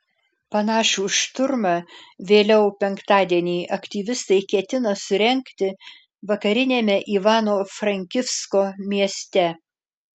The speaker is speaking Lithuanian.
panašų šturmą vėliau penktadienį aktyvistai ketina surengti vakariniame ivano frankivsko mieste